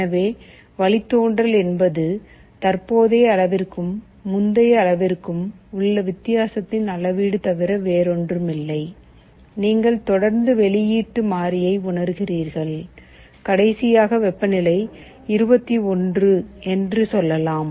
எனவே வழித்தோன்றல் என்பது தற்போதைய அளவிற்கும் முந்தைய அளவிற்கும் உள்ள வித்தியாசத்தின் அளவீடு தவிர வேறொன்றுமில்லை நீங்கள் தொடர்ந்து வெளியீட்டு மாறியை உணர்கிறீர்கள் கடைசியாக வெப்பநிலை 21 என்று சொல்லலாம்